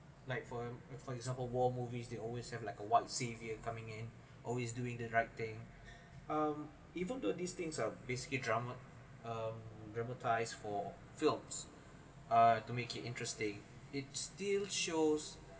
like for example war movies they always have like a white saviour coming in always doing the right thing um even though these things are basically drama um dramatize for films uh to make it interesting it still shows